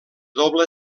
doble